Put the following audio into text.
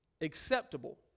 acceptable